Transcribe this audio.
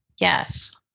Yes